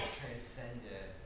transcended